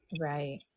right